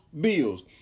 Bills